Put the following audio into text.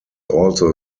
also